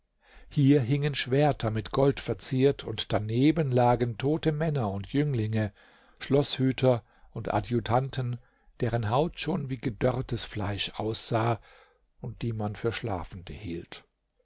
hier hingen schwerter mit gold verziert und daneben lagen tote männer und jünglinge schloßhüter und adjutanten deren haut schon wie gedörrtes fleisch aussah und die man für schlafende hielt